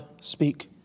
speak